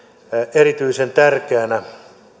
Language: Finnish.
erityisen tärkeänä